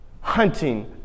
hunting